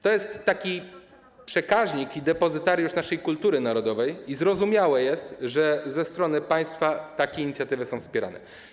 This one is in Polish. To jest taki przekaźnik i depozytariusz naszej kultury narodowej i zrozumiałe jest, że ze strony państwa takie inicjatywy są wspierane.